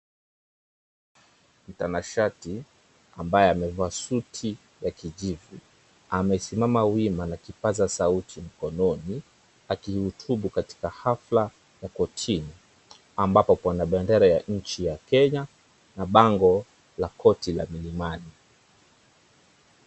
Mtanashati ambaye amevaa suti ya kijivu, amesimama wima na kipaza sauti mkononi akihutubu katika hafla ya kotini ambapo kuna bendera ya nchi ya Kenya na bango la koti la Milimani.